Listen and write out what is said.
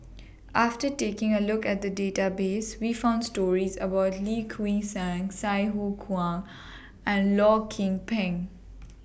after taking A Look At The Database We found stories about Lim Kuan Sai Sai Hua Kuan and Loh Kim Peng